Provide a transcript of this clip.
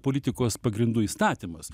politikos pagrindų įstatymas